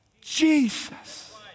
Jesus